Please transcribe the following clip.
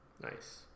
Nice